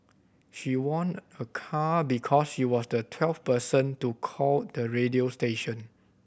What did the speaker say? she won a car because she was the twelfth person to call the radio station